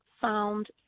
found